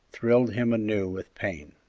thrilled him anew with pain.